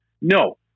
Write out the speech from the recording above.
no